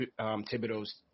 Thibodeau's